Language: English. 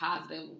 positive